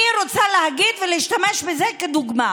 אני רוצה להגיד ולהשתמש בזה כדוגמה,